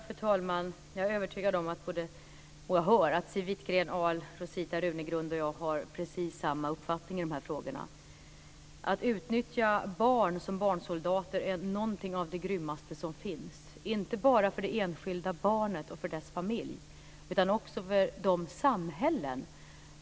Fru talman! Jag är övertygad om att Siw Wittgren-Ahl, Rosita Runegrund och jag har precis samma uppfattning i dessa frågor. Att utnyttja barn som barnsoldater är någonting av det grymmaste som finns, inte bara för det enskilda barnet och dess familj utan också för samhället.